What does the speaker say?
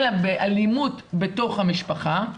אלא באלימות בתוך המשפחה,